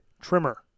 trimmer